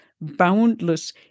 boundless